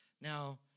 Now